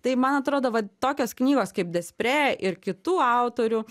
tai man atrodo va tokios knygos kaip despre ir kitų autorių